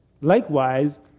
Likewise